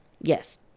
Yes